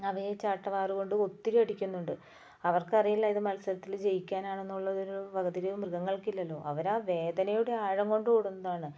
അവയെ ചാട്ടവാർ കൊണ്ട് ഒത്തിരി അടിക്കുന്നുണ്ട് അവർക്ക് അറിയില്ല ഇത് മത്സരത്തിൽ ജയിക്കാൻ ആണെന്നുള്ള ഒരു വകതിരിവും മൃഗങ്ങൾക്കില്ലല്ലോ അവർ ആ വേദനയുടെ ആഴം കൊണ്ട് ഓടുന്നതാണ്